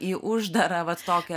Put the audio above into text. į uždarą vat tokią